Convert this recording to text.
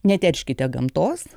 neterškite gamtos